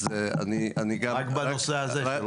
רק בנושא הזה.